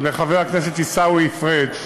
לחבר הכנסת עיסאווי פריג',